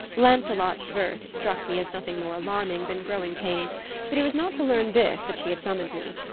lancelot's verse struck me as nothing more alarming than growing-pains but it was not to learn this that she had summoned me.